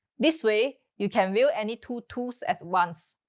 this way, you can view any two tools at once.